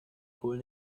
kohl